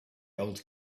old